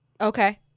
Okay